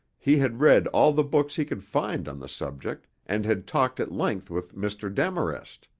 he had read all the books he could find on the subject and had talked at length with mr. demarest.